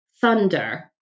Thunder